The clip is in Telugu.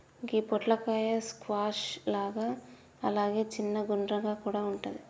గి పొట్లకాయ స్క్వాష్ లాగా అలాగే చిన్నగ గుండ్రంగా కూడా వుంటది